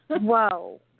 Whoa